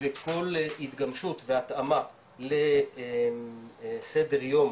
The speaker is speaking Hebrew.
וכל התגמשות והתאמה לסדר יום